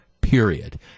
period